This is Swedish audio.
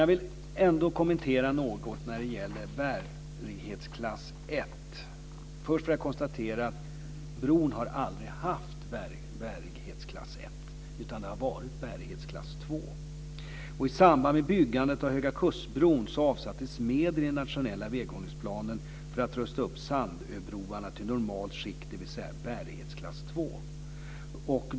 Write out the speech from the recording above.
Jag vill ändå kommentera frågan om bärighetsklass. Först vill jag konstatera att bron aldrig har haft bärighetsklass 1, utan det har varit bärighetsklass 2. I samband med byggandet av Högakustenbron avsattes medel i den nationella väghållningsplanen för att rusta upp Sandöbroarna till normalt skick, dvs. bärighetsklass 2.